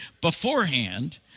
beforehand